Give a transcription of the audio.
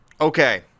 Okay